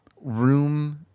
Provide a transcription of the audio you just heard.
room